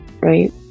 right